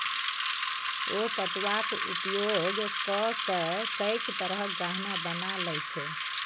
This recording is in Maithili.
ओ पटुआक उपयोग ककए कैक तरहक गहना बना लए छै